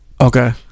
Okay